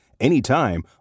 anytime